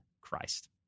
Christ